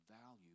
value